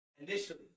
Initially